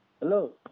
Hello